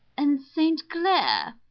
and st. clair.